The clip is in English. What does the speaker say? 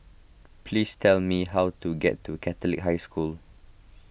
please tell me how to get to Catholic High School